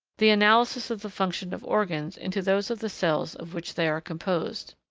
the analysis of the functions of organs into those of the cells of which they are composed.